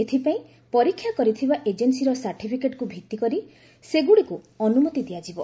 ଏଥିପାଇଁ ପରୀକ୍ଷା କରିଥିବା ଏଜେନ୍ସୀର ସାର୍ଟିଫିକେଟ୍କୁ ଭିଭିକରି ସେଗୁଡ଼ିକୁ ଅନୁମତି ଦିଆଯିବ